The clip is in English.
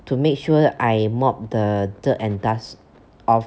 to make sure I mop the dirt and dust off